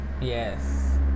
Yes